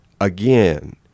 again